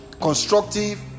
constructive